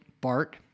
BART